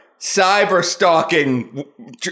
Cyber-stalking